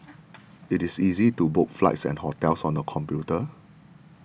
it is easy to book flights and hotels on the computer